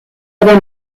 ere